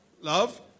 love